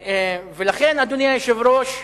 לכן, אדוני היושב-ראש,